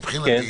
מבחינתי,